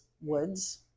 woods